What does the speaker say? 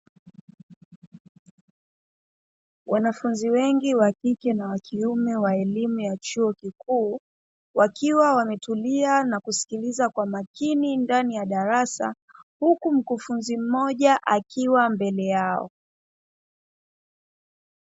Wanafunzi wengi wa kike na wa kiume wa elimu ya chuo kikuu, wakiwa wametulia na kusikiliza kwa makini ndani ya darasa huku mkufunzi mmoja akiwa mbele yao.